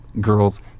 girls